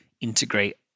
integrate